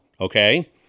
okay